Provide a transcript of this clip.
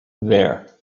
there